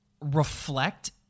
reflect